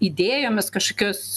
idėjomis kažkokias